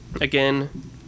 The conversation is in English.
Again